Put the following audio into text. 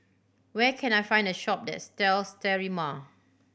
where can I find a shop that sells Sterimar